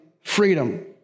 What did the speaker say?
freedom